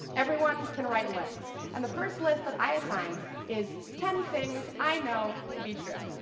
everyone can write lists. and the first list that i assign is ten things i know to be true.